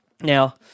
Now